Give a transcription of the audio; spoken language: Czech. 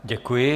Děkuji.